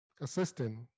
assistant